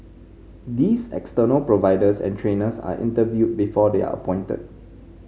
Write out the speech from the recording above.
these external providers and trainers are interviewed before they are appointed